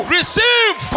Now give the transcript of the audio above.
Receive